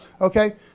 Okay